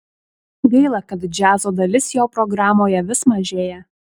gaila kad džiazo dalis jo programoje vis mažėja